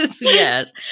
yes